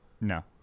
No